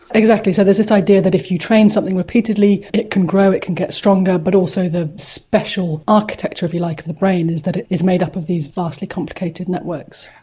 exactly. so there's this idea that if you train something repeatedly it can grow, it can get stronger, but also the special architecture, if you like, of the brain is that it is made up of these vastly complicated networks.